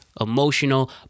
emotional